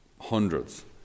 hundreds